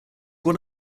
one